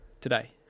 today